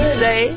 say